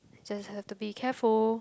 just have to be careful